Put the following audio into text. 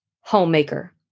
homemaker